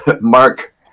Mark